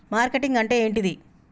Marketing అంటే ఏంటిది?